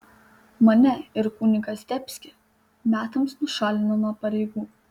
mane ir kunigą zdebskį metams nušalino nuo pareigų